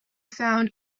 found